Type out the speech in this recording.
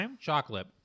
chocolate